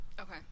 Okay